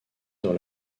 dans